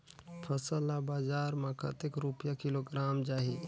फसल ला बजार मां कतेक रुपिया किलोग्राम जाही?